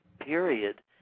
period